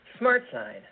SmartSign